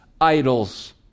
idols